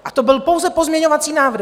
A to byl pouze pozměňovací návrh.